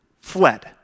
fled